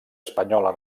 espanyola